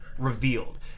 revealed